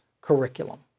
curriculum